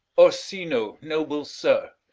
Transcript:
orsino, noble sir,